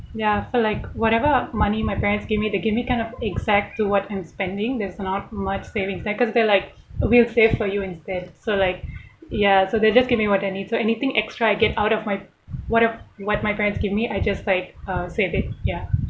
ya felt like whatever money my parents give me they give me kind of exact to what I'm spending there's not much savings like cause they're like we'll save for you instead so like ya so they just give me what I need so anything extra I get out of my whate~ what my parents give me I just like uh save it ya